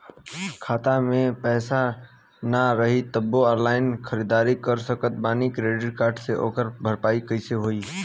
खाता में पैसा ना रही तबों ऑनलाइन ख़रीदारी कर सकत बानी क्रेडिट कार्ड से ओकर भरपाई कइसे होई?